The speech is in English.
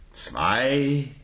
Zwei